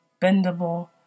bendable